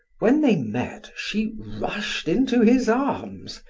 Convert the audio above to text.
when they met, she rushed into his arms,